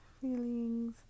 feelings